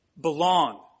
belong